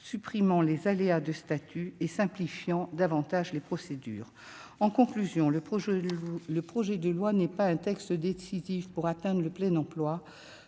supprimons les aléas de statut et simplifiant davantage les procédures, en conclusion, le projet, le projet de loi n'est pas un texte décisif pour atteindre le plein emploi,